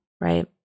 right